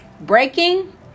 Breaking